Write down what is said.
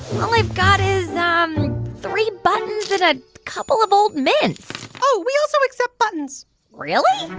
all i've got is um three buttons and a couple of old mints oh, we also accept buttons really?